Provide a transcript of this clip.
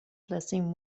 blessing